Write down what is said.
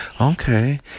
Okay